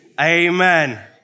Amen